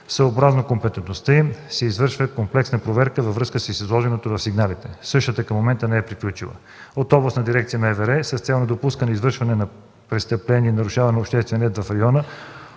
съобразно компетентността им, се извършва и комплексна проверка във връзка с изложеното в сигналите. Същата към момента не е приключила. От Областна дирекция на МВР, с цел недопускане извършване на престъпление и нарушаване на обществения ред в района